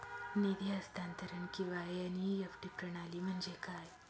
निधी हस्तांतरण किंवा एन.ई.एफ.टी प्रणाली म्हणजे काय?